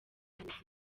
n’izindi